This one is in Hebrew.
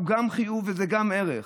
הוא גם חיוב וגם ערך.